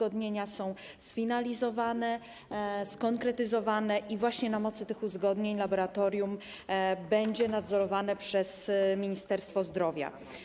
One są sfinalizowane, skonkretyzowane i właśnie na mocy tych uzgodnień laboratorium będzie nadzorowane przez Ministerstwo Zdrowia.